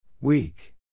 Weak